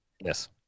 Yes